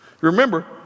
remember